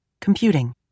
computing